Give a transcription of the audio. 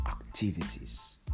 activities